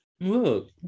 look